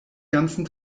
ganzen